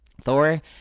Thor